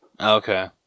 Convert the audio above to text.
Okay